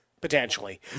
potentially